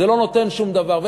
זה לא נותן שום דבר,